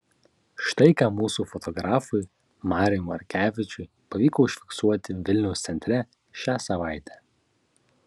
štai ką mūsų fotografui mariui morkevičiui pavyko užfiksuoti vilniaus centre šią savaitę